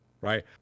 right